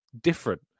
different